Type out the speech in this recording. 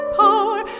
power